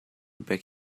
back